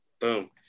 Boom